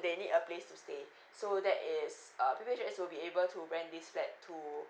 they need a place to stay so that is uh P_P_H_S will be able to rent this flat to